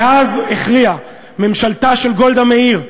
מאז הכריעה ממשלתה של גולדה מאיר,